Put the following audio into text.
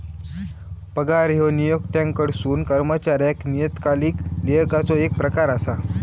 पगार ह्यो नियोक्त्याकडसून कर्मचाऱ्याक नियतकालिक देयकाचो येक प्रकार असा